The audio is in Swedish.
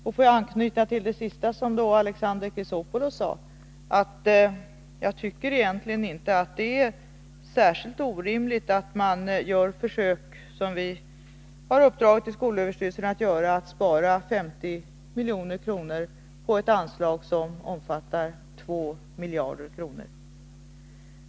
Får jag här anknyta till det som Alexander Chrisopoulos senast sade: Jag tycker inte att det är särskilt orimligt att man gör försök — som vi har uppdragit åt skolöverstyrelsen att göra — att spara 50 milj.kr. på ett anslag som omfattar 2 miljarder.